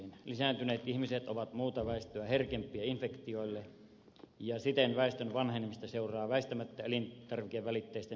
ikääntyneet ihmiset ovat muuta väestöä herkempiä infektioille ja siten väestön vanhenemisesta seuraa väistämättä elintarvikevälitteisen sairastavuuden lisääntyminen